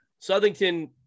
Southington